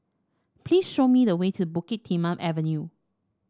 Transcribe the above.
please show me the way to Bukit Timah Avenue